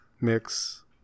mix